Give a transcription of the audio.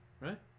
right